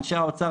אנשי האוצר,